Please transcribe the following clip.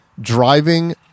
driving